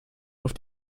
auf